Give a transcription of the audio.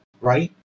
right